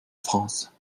france